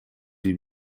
die